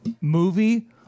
movie